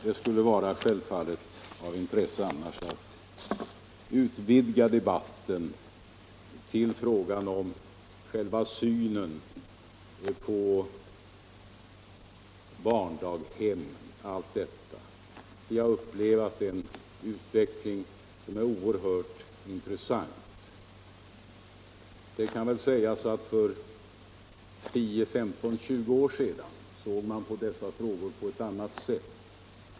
Det skulle annars självfallet vara av intresse att utvidga debatten till frågan om den grundläggande synen på barndaghem osv. Där har ni upplevt en utveckling som är mycket intressant. Det kan väl sägas att för 10-20 år sedan såg man på många håll på dessa frågor på ett annat sätt.